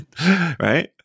Right